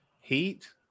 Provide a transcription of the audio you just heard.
Heat